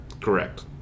Correct